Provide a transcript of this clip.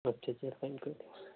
अच्छा अच्छा सायंकाळ